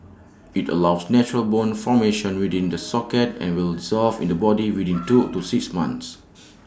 IT allows natural bone formation within the socket and will dissolve in the body within two to six months